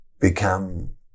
become